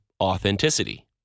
authenticity